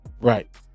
right